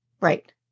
Right